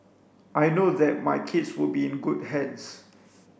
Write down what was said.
I know that my kids will be in good hands